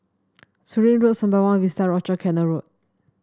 Surin Road Sembawang Vista Rochor Canal Road